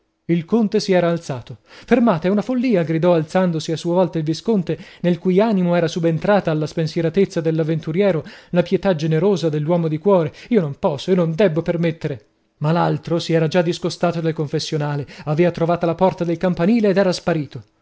il conte si era alzato fermate è una follia gridò alzandosi a sua volta il visconte nel cui animo era subentrata alla spensieratezza dell'avventuriero la pietà generosa dell'uomo di cuore io non posso io non debbo permettere ma l'altro sì era già discostato dal confessionale avea trovata la porta del campanile ed era sparito